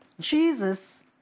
Jesus